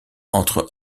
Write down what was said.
entre